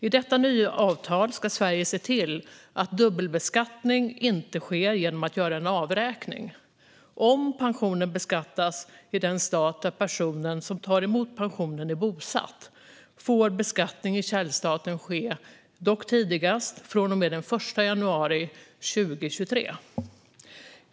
I detta nya avtal ska Sverige se till att dubbelbeskattning inte sker genom att göra en avräkning. Om pensionen beskattas i den stat där personen som tar emot pensionen är bosatt får beskattning i källstaten ske, dock tidigast från och med den 1 januari 2023.